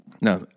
Now